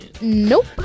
nope